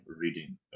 reading